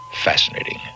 fascinating